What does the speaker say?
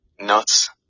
nuts